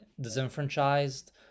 disenfranchised